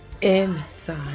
inside